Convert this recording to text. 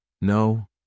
No